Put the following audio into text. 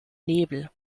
nebel